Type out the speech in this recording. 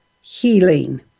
healing